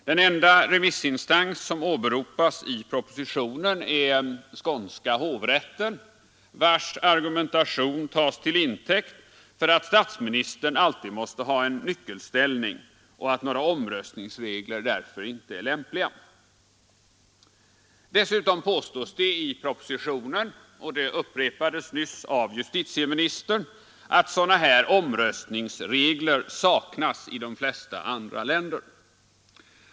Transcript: Den enda remissinstans som åberopas i propositionen är Skånska hovrätten, vars argumentation tas till intäkt för att statsministern alltid måste ha en nyckelställning och att några omröstningsregler därför inte är lämpliga. Dessutom påstås det i propositionen och det upprepades nyss av justitieministern — att sådana här omröstningsregler saknas i de flesta andra länder.